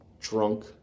drunk